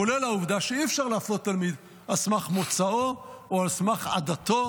כולל העובדה שאי-אפשר להפלות תלמיד על סמך מוצאו או על סמך עדתו,